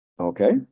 Okay